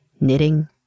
Knitting